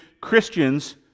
Christians